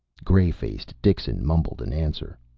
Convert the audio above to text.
gray-faced, dixon mumbled an answer.